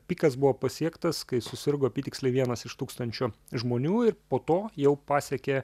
pikas buvo pasiektas kai susirgo apytiksliai vienas iš tūkstančio žmonių ir po to jau pasiekė